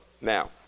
Now